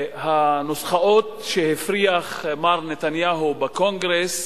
הנוסחאות שהפריח מר נתניהו בקונגרס